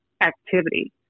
activity